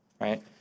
Right